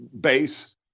base